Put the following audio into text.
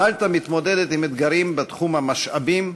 מלטה מתמודדת עם אתגרים בתחום המשאבים,